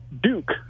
Duke